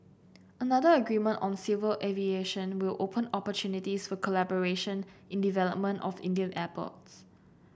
another agreement on civil aviation will open opportunities for collaboration in development of Indian airport